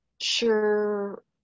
sure